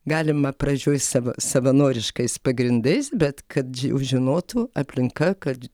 galima pradžioj savo savanoriškais pagrindais bet kad žinotų aplinka kad